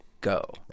go